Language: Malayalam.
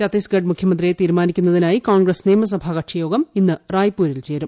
ഛത്തീസ്ഗഡ് മുഖ്യമന്ത്രിയെ തീരുമാനിക്കുന്നതിനായി കോൺഗ്രസ് നിയമസഭാ കക്ഷിയോഗം ഇന്ന് റായ്പൂരിൽ ചേരും